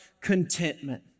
contentment